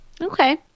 Okay